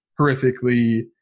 horrifically